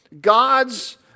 God's